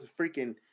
freaking